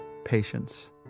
patience